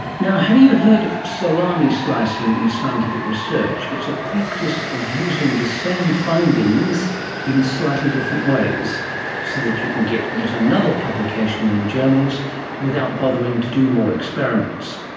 have you heard of salami slicing in scientific research? it's a practice of using the same findings in slightly different ways so that you can get yet another publication in the journals without bothering to do more experiments.